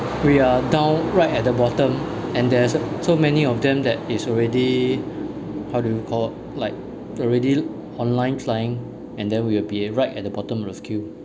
we are down right at the bottom and there's so many of them that it's already how do you call like already online flying and then we'll be right at the bottom of the queue